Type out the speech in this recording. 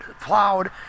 plowed